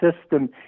system